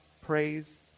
praise